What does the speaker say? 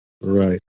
Right